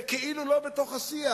זה כאילו לא בתוך השיח,